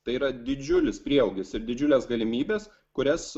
tai yra didžiulis prieaugis ir didžiulės galimybės kurias